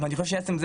עצם זה